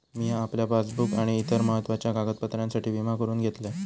मिया आपल्या पासबुक आणि इतर महत्त्वाच्या कागदपत्रांसाठी विमा करून घेतलंय